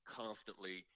constantly